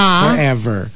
forever